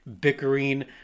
bickering